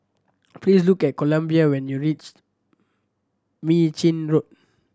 please look at Columbia when you reach Mei Chin Road